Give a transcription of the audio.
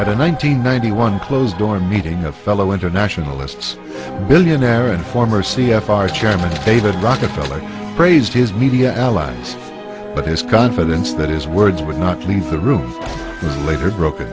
at a nine hundred ninety one closed door meeting a fellow internationalists billionaire and former c f r chairman david rockefeller praised his media allies but his confidence that his words would not leave the room later broken